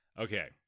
okay